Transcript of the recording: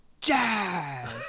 jazz